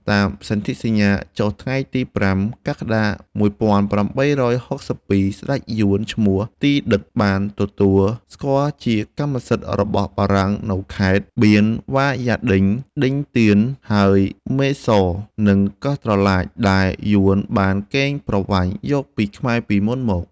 តាមសន្ធិសញ្ញាចុះថ្ងៃទី៥ កក្កដា ១៨៦២ ស្ដេចយួន ឈ្មោះ ទី ឌឹក បានទទួលស្គាល់ជាកម្មសិទ្ធិរបស់បារាំងនូវខេត្ត បៀនវ៉ាយ៉ាឌិញ ឌិញទឿន ហើយ មេសរនិងកោះត្រឡាច ដែលយួនបានកេងប្រវ័ញ្ចយកពីខ្មែរពីមុនមក។